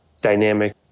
dynamic